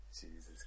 Jesus